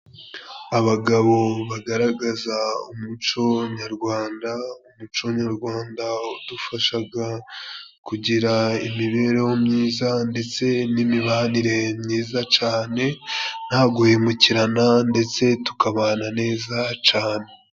Abagabo bagaragaza umuco nyarwanda, umuco nyarwanda udufashaga kugira imibereho myiza ndetse n'imibanire myiza cane nta guhemukirana, ndetse tukabana neza cane.